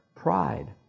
Pride